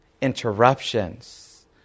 interruptions